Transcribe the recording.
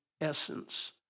essence